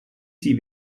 sie